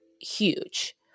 Huge